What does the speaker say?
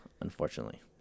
Unfortunately